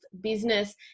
business